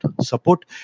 support